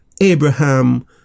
Abraham